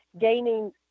gaining